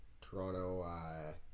Toronto